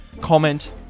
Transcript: comment